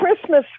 Christmas